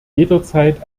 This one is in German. jederzeit